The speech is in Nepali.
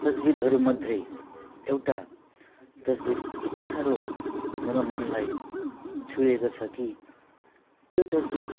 तस्बिरहरू मध्ये एउटा तस्बिर यति साह्रो मेरो मनलाई छोएको छ कि त्यो तस्बिर